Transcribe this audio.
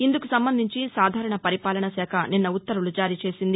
ఇందుకు సంబంధించి సాధారణ పరిపాలనా శాఖ నిన్న ఉత్తర్వులు జారీ చేసింది